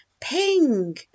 Ping